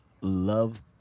love